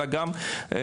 אלא גם הכנה